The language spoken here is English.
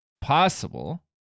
possible